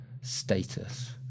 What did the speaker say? status